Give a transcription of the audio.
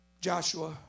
Joshua